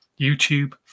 YouTube